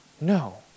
No